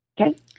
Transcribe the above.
Okay